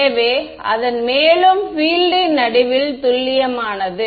எனவே அதன் மேலும் பீல்ட் ன் நடுவில் துல்லியமானது